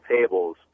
tables